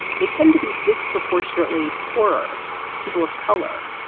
they tend to be disproportionately poorer people of color.